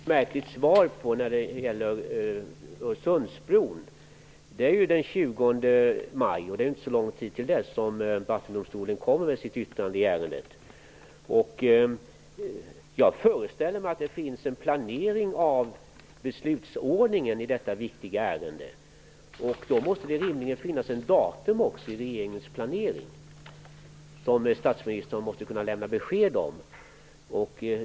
Herr talman! Jag vill ställa en fråga till statsministern, och därmed följa upp den fråga som Han fick ett märkligt svar på den frågan. Den 20 maj lämnar Vattendomstolen sitt yttrande i ärendet, och det är inte så lång tid till dess. Jag föreställer mig att det finns en planering av beslutsordningen i detta viktiga ärende. Då måste det rimligen också finnas ett datum i regeringens planering som statsministern borde kunna lämna besked om.